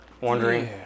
wondering